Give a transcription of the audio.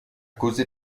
causé